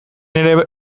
ere